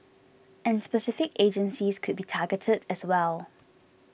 and specific agencies could be targeted as well